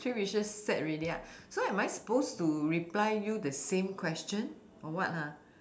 three wishes set already ah so am I supposed to reply you the same question or what ha